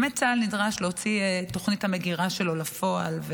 צה"ל נדרש להוציא את תוכנית המגירה שלו לפועל.